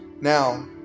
Now